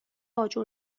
آجر